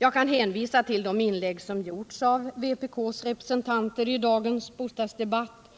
Jag kan hänvisa till de inlägg som gjorts av vpk:s representanter i dagens bostadsdebatt,